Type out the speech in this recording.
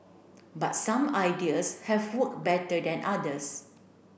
but some ideas have work better than others